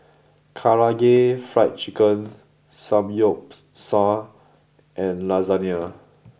Karaage Fried Chicken Samgyeopsal and Lasagna